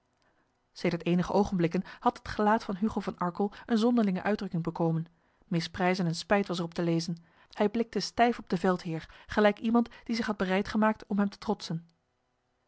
sedert enige ogenblikken had het gelaat van hugo van arkel een zonderlinge uitdrukking bekomen misprijzen en spijt was erop te lezen hij blikte stijf op de veldheer gelijk iemand die zich had bereid gemaakt om hem te trotsen